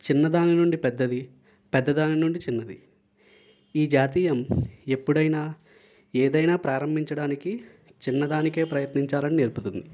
చిన్నదాని నుండి పెద్దది పెద్దదాని నుండి చిన్నది ఈ జాతీయం ఎప్పుడైనా ఏదైనా ప్రారంభించడానికి చిన్నదానికే ప్రయత్నించాలని నేర్పుతుంది